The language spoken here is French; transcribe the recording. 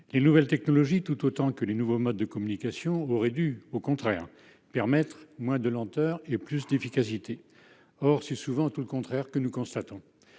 Les nouvelles technologies, tout autant que les nouveaux modes de communication, auraient dû au contraire permettre moins de lenteur et plus d'efficacité ; or, c'est tout le contraire qui est constaté.